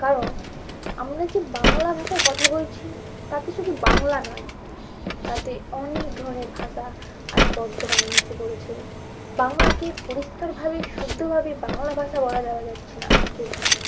কারণ আমরা যে বাংলা ভাষায় কথা বলছি তাতে শুধু বাংলা নয় তাতে অনেক ধরনের ভাষা আজ বর্তমানে মিশে পড়েছে বাংলাকে পরিষ্কারভাবে শুদ্ধভাবে বাংলা ভাষা বলা যাওয়া যাচ্ছে না আজকের ভাষাকে